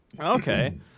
Okay